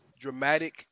dramatic